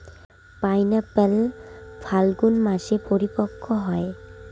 pineapple ফাল্গুন মাসে পরিপক্ব হয়